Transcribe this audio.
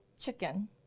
chicken